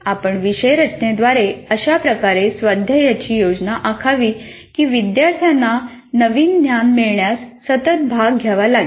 आपण विषय रचनेद्वारे अशा प्रकारे स्वाध्यायाची योजना आखावी की विद्यार्थ्यांना नवीन ज्ञान मिळवण्यात सतत भाग घ्यावा लागेल